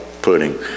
Pudding